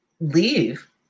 leave